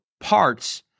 parts